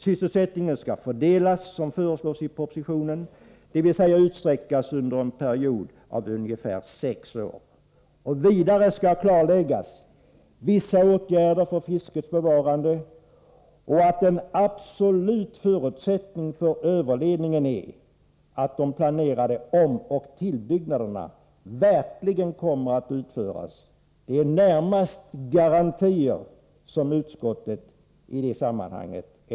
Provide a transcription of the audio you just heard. Sysselsättningen skall fördelas så som föreslås i propositionen, dvs. utsträckas under en period av ungefär sex år. Vidare skall vissa åtgärder för fiskets bevarande klarläggas. En absolut förutsättning för överledningen är att de planerade omoch tillbyggnaderna verkligen kommer att utföras. Det är närmast garantier som utskottet efterlyser i det sammanhanget.